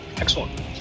Excellent